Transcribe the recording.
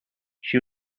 she